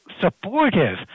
supportive